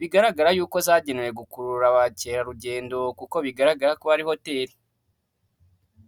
bigaragara yuko zagenewe gukurura abakerarugendo kuko bigaragara ko hari hoteli.